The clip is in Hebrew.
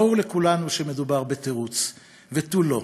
ברור לכולם שמדובר בתירוץ ותו לא,